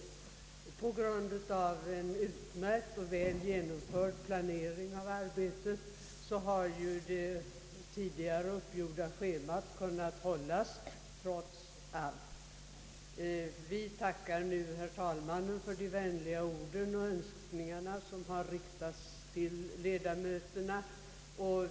På grund av en utmärkt och väl genomförd planering av arbetet har det tidigare uppgjorda schemat kunnat hållas, trots allt. Vi tackar nu herr talmannen för de vänliga ord och önskningar som riktats till ledamöterna.